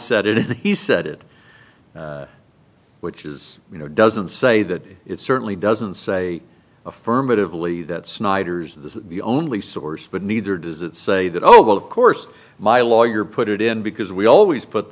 said it if he said it which is you know doesn't say that it certainly doesn't say affirmatively that snyders is the only source but neither does it say that oh well of course my lawyer put it in because we always put